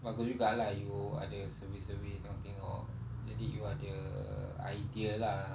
bagus juga lah you ada survey survey tengok-tengok jadi you ada idea lah